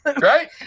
Right